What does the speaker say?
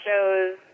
shows